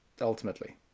ultimately